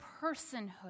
personhood